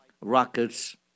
rockets